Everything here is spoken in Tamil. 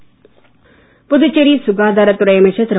ஏனாம் புதுச்சேரி சுகாதாரத்துறை அமைச்சர் திரு